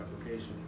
application